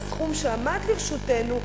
בסכום שעמד לרשותנו,